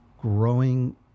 growing